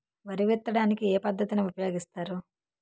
వరి విత్తడానికి ఏ పద్ధతిని ఉపయోగిస్తారు?